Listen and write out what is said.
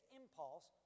impulse